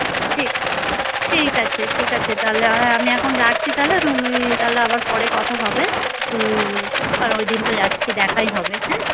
ঠিক ঠিক আছে ঠিক আছে তাহলে হ্যাঁ আমি এখন রাখছি তাহলে তুমি তাহলে আবার পরে কথা হবে আর ওই দিন তো যাচ্ছিই দেখাই হবে হ্যাঁ